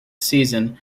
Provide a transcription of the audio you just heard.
season